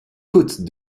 côtes